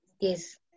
yes